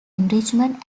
enrichment